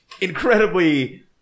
incredibly